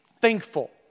thankful